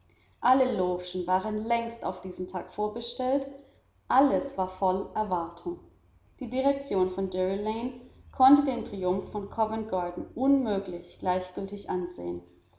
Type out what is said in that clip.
alle logen waren längst auf diesen tag vorbestellt alles war voll erwartung die direktion von drury lane konnte den triumph von covent garden unmöglich gleichgültig ansehen